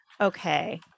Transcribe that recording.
Okay